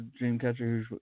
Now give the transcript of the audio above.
Dreamcatcher